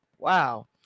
Wow